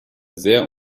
sehr